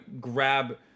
grab